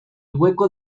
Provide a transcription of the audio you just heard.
hueco